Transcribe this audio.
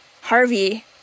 Harvey